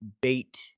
bait